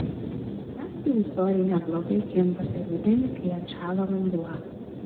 naktį ūsoriai neblogai kimba ir rudenį kai atšąla vanduo